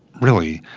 really,